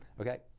Okay